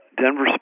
Denver